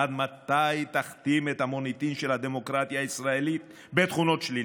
עד מתי תכתים את המוניטין של הדמוקרטיה הישראלית בתכונות שליליות?